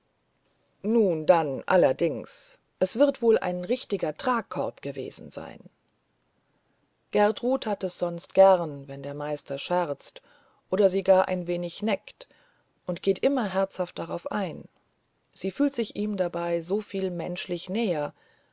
nun dann allerdings es wird wohl ein richtiger tragkorb gewesen sein gertrud hat es sonst gern wenn der meister scherzt oder sie gar ein wenig neckt und geht immer herzhaft darauf ein sie fühlt sich ihm dabei so viel menschlich näher